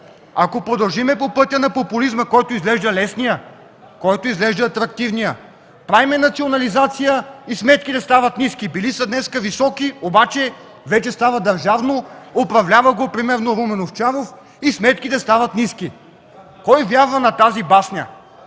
Ако продължим по пътя на популизма, който изглежда лесният, който изглежда атрактивният, правим национализация и сметките стават ниски! Днес са високи, обаче вече става държавно, управлява го примерно Румен Овчаров и сметките стават ниски! Кой вярва на тази басня?